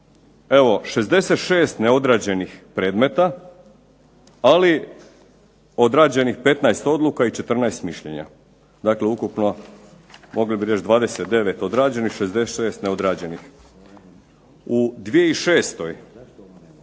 je 66 neodrađenih predmeta ali odrađenih 15 odluka i 14 mišljenja, dakle ukupno 29 odrađenih, 66 neodrađenih. U 2006.